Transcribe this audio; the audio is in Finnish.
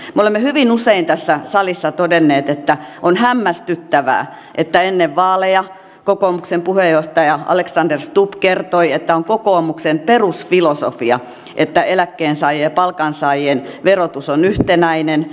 me olemme hyvin usein tässä salissa todenneet että on hämmästyttävää että ennen vaaleja kokoomuksen puheenjohtaja alexander stubb kertoi että on kokoomuksen perusfilosofia että eläkkeensaajien ja palkansaajien verotus on yhtenäinen